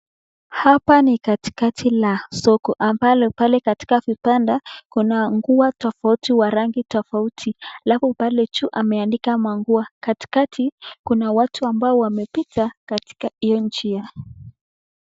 Hapa ni katikati la soko, ambalo pale katika vibanda, kuna nguo tofauti wa rangi tofauti, alafu pale juu wameanika manguo, katikati, kuna watu ambao wamepita katikati hio njia.